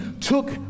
took